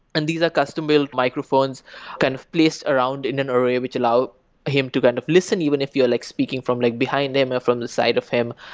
and these custom built microphones kind of placed around in an array which allow him to kind of listen even if you're like speaking from like behind him or from the side of him.